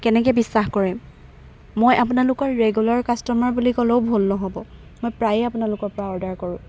কেনেকৈ বিশ্বাস কৰিম মই আপোনালোকৰ ৰেগুলাৰ কাষ্টমাৰ বুলি ক'লেও ভুল নহ'ব মই প্ৰায়ে আপোনালোকৰ পৰা অৰ্ডাৰ কৰোঁ